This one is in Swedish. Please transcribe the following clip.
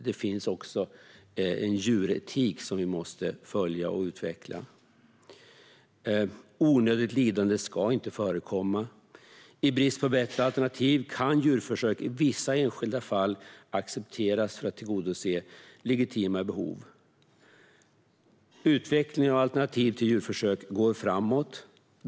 Det finns också en djuretik som vi måste följa och utveckla. Onödigt lidande ska inte förekomma. I brist på bättre alternativ kan dock djurförsök i vissa enskilda fall accepteras för att tillgodose legitima behov. Utvecklingen av alternativ till djurförsök går framåt.